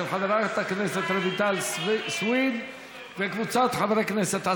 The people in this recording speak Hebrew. של חברת הכנסת רויטל סויד וקבוצת חברי הכנסת.